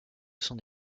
son